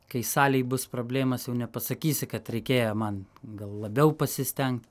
kai salėj bus problemos jau nepasakysi kad reikėja man gal labiau pasistengt